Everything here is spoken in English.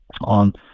on